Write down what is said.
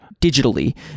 digitally